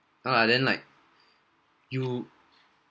ah then like you